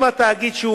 אם התאגיד,